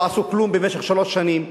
לא עשו כלום במשך שלוש שנים.